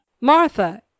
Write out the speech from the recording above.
Martha